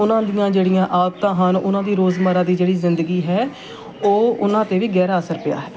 ਉਹਨਾਂ ਦੀਆਂ ਜਿਹੜੀਆਂ ਆਦਤਾਂ ਹਨ ਉਹਨਾਂ ਦੀ ਰੋਜ਼ਮਰਾ ਦੀ ਜਿਹੜੀ ਜ਼ਿੰਦਗੀ ਹੈ ਉਹ ਉਹਨਾਂ 'ਤੇ ਵੀ ਗਹਿਰਾ ਅਸਰ ਪਿਆ ਹੈ